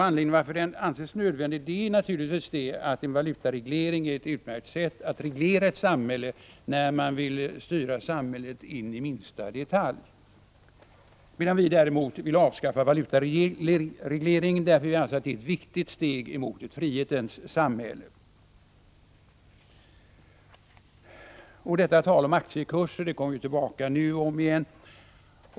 Anledningen till att den anses nödvändig är naturligtvis att en valutareglering är ett utmärkt sätt att reglera ett samhälle när man vill styra samhället in i minsta detalj. Vi vill däremot avskaffa valutaregleringen, eftersom vi anser att det är ett viktigt steg mot ett frihetens samhälle. Talet om aktiekurserna kommer nu tillbaka om igen.